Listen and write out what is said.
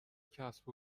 کسب